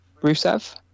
Rusev